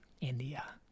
India